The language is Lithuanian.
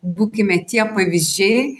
būkime tie pavyzdžiai